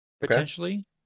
potentially